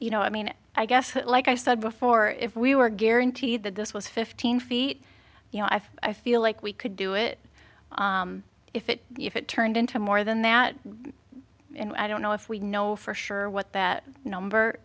you know i mean i guess like i said before if we were guaranteed that this was fifteen feet you know i feel like we could do it if it if it turned into more than that and i don't know if we know for sure what that number